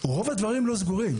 רוב הדברים לא סגורים.